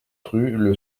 rle